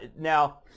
Now